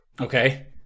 Okay